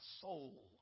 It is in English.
soul